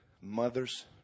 mothers